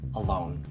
alone